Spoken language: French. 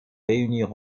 réunir